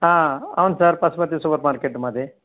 అవును sir Pashupati super market మాది